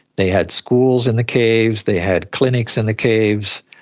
they had schools in the caves, they had clinics in the caves.